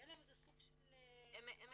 שיהיה להם סוג של זמן